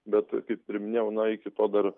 bet kaip ir minėjau na iki to dar